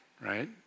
right